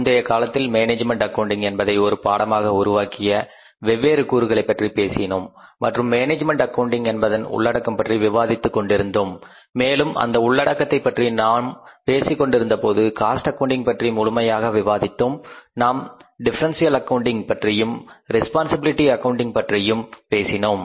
முந்தைய காலத்தில் management accounting என்பதை ஒரு பாடமாக உருவாக்கிய வெவ்வேறு கூறுகளைப் பற்றி பேசினோம் மற்றும் மேனேஜ்மென்ட் அக்கவுண்டிங்என்பதன் உள்ளடக்கம் பற்றி விவாதித்துக் கொண்டிருந்தோம் மேலும் அந்த உள்ளடக்கத்தை பற்றி நாம் பேசிக் கொண்டிருந்த போது காஸ்ட் அக்கவுன்டிங் பற்றி முழுமையாக விவாதித்தோம் நாம் டிஃபரண்டியல் அக்கவுண்டிங் பற்றியும் ரெஸ்பான்சிபிலிட்டி அக்கவுண்டிங் பற்றியும் பேசினோம்